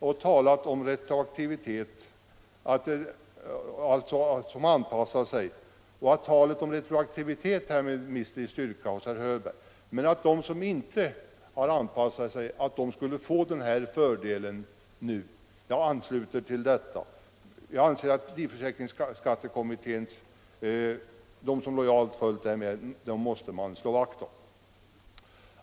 Herr Hörbergs tal om retroaktivitet, så att de som inte har anpassat sig skulle få den här fördelen, mister därmed något av sin styrka. Jag anser att man måste slå vakt om dem som lojalt rättat sig efter livförsäkringsskattekommitténs meddelande.